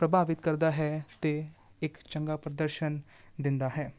ਪ੍ਰਭਾਵਿਤ ਕਰਦਾ ਹੈ ਅਤੇ ਇੱਕ ਚੰਗਾ ਪ੍ਰਦਰਸ਼ਨ ਦਿੰਦਾ ਹੈ